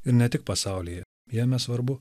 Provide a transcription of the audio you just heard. ir ne tik pasaulyje jame svarbu